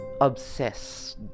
obsess